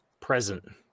present